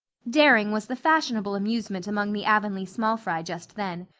daring was the fashionable amusement among the avonlea small fry just then.